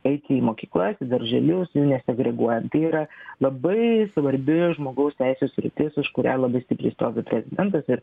eiti į mokyklas į darželius nesiagreguojant tai yra labai svarbi žmogaus teisių sritis už kurią labai stipriai stovi prezidentas ir